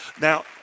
Now